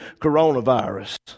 coronavirus